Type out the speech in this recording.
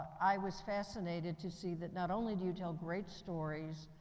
i was fascinated to see that, not only do you tell great stories,